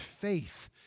faith